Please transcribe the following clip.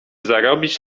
zarobić